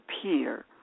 appear